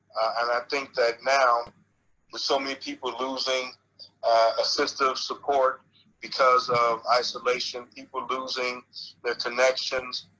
and i think that now with so many people losing assistive support because of isolation, people losing their connections,